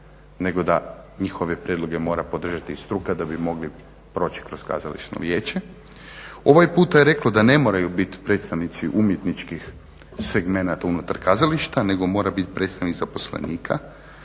nego da njihove prijedloge mora podržati i struka da bi mogli proći kroz kazališno vijeće. Ovaj puta je reklo da ne moraju biti predstavnici umjetničkih segmenata unutar kazališta nego mora biti predstavnik zaposlenika,